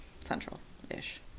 Central-ish